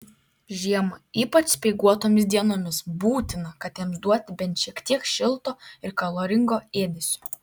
žiemą ypač speiguotomis dienomis būtina katėms duoti bent šiek tiek šilto ir kaloringo ėdesio